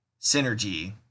synergy